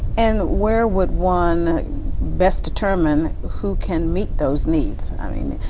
and where would one best determine who can meet those needs? i mean,